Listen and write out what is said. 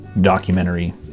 documentary